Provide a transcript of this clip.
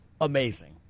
Amazing